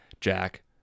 Jack